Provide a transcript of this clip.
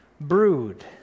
brood